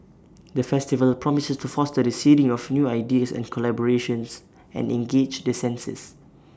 the festival promises to foster the seeding of new ideas and collaborations and engage the senses